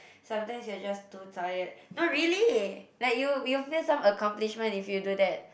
sometimes it's just too tired no really like you you feel some accomplishment if you do that